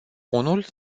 unul